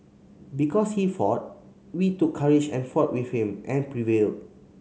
because he fought we took courage and fought with him and prevailed